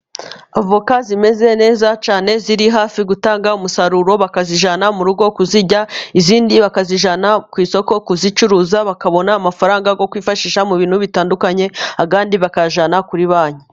Avoka zimeze neza cyane, ziri hafi gutanga umusaruro, bakazijyana mu rugo kuzirya, izindi bakazijyana ku isoko kuzicuruza, bakabona amafaranga yo kwifashisha, mu bintu bitandukanye, ayandi bakayajyana kuri banki.